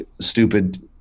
stupid